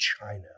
china